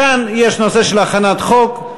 כאן יש נושא של הכנת חוק.